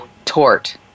Tort